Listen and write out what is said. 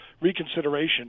reconsideration